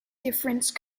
difference